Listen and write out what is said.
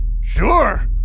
Sure